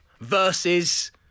versus